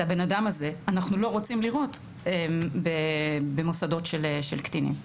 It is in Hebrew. הבן אדם הזה אנחנו לא רוצים לראות במוסדות של קטינים.